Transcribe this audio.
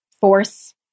force